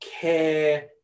care